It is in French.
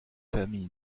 famille